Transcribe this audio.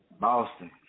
Boston